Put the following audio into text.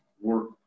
work